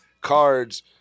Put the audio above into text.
cards